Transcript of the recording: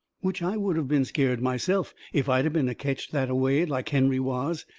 which i would of been scared myself if i'd a-been ketched that-a-way like henry was,